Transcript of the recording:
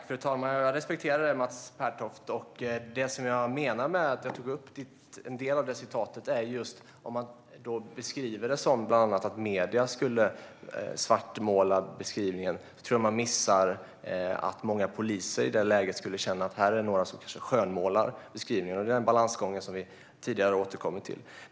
Fru talman! Jag respekterar dig, Mats Pertoft. Det jag menade med en del av det citatet var att om man beskriver det som att medierna svartmålar beskrivningen tror jag att man missar att många poliser i det läget skulle känna att här är det några som skönmålar beskrivningen. Det är den balansgången som vi återkommer till.